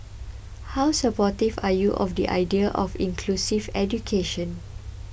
how supportive are you of the idea of inclusive education